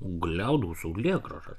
gliaudau saulėgrąžas